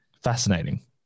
fascinating